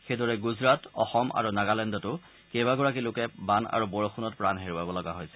সেইদৰে গুজৰাট অসম আৰু নাগালেণ্ডতো কেইবাগৰাকী লোকে বান আৰু বৰষূণত প্ৰাণ হেৰুৱাইছে